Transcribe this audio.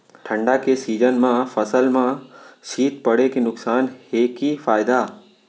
ठंडा के सीजन मा फसल मा शीत पड़े के नुकसान हे कि फायदा?